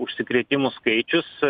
užsikrėtimų skaičius